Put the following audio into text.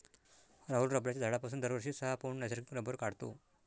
राहुल रबराच्या झाडापासून दरवर्षी सहा पौंड नैसर्गिक रबर काढतो